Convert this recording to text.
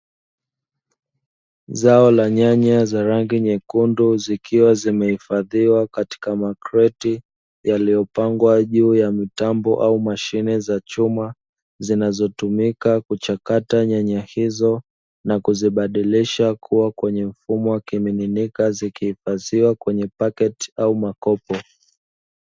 Zao la nyanya za rangi nyekundu zikiwa zimehifadhiwa katika makreti yaliyopangwa juu ya mitambo au mashine za chuma , zinazotumika kuchakata nyanya hizo na kuzibadilisha kuwa kwenye mfumo wa kimiminika, zikihifadhiwa kwenye paketi au makopo.